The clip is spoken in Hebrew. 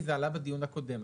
כי זה עלה בדיון הקודם,